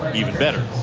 even better.